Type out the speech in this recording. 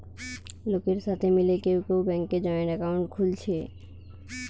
লোকের সাথে মিলে কেউ কেউ ব্যাংকে জয়েন্ট একাউন্ট খুলছে